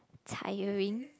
tiring